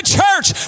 church